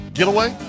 getaway